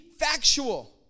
factual